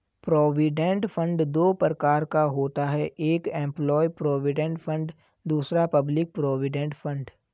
provident fund दो प्रकार का होता है एक एंप्लॉय प्रोविडेंट फंड दूसरा पब्लिक प्रोविडेंट फंड